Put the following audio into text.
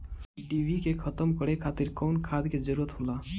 डिभी के खत्म करे खातीर कउन खाद के जरूरत होला?